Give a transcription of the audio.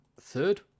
third